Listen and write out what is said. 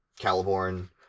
Caliborn